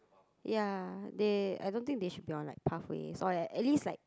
ya they I don't think they should be on like pathways or like at least like